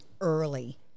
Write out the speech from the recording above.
early